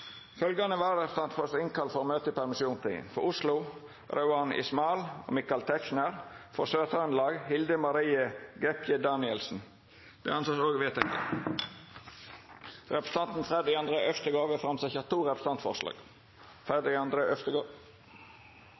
for å møta i permisjonstida: For Oslo: Rauand Ismail og Michael Tetzschner For Sør-Trøndelag: Hilde Marie Gaebpie Danielsen Representanten Freddy-André Øvstegård vil setja fram to representantforslag.